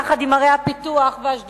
יחד עם ערי הפיתוח והשדולות,